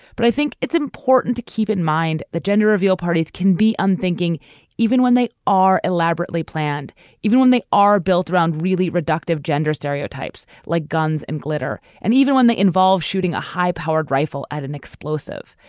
but i think it's important to keep in mind the gender reveal parties can be unthinking even when they are elaborately planned even when they are built around really reductive gender stereotypes like guns and glitter and even when they involve shooting a high powered rifle at an explosive.